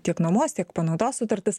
tiek nuomos tiek panaudos sutartis